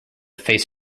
face